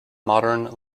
modern